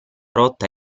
rotta